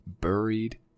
Buried